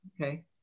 Okay